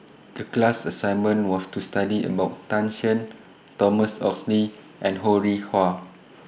The class assignment was to study about Tan Shen Thomas Oxley and Ho Rih Hwa